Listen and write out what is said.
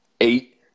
eight